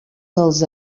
dels